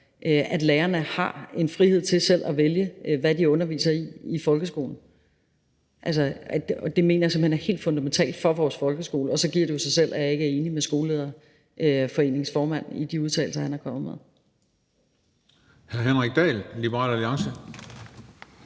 at lærerne har en frihed til selv at vælge, hvad de underviser i i folkeskolen, og det mener jeg simpelt hen er helt fundamentalt for vores folkeskole, og så giver det jo sig selv, at jeg ikke er enig med Skolelederforeningens formand i de udtalelser, han er kommet med. Kl. 13:21 Den fg. formand